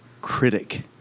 critic